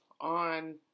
on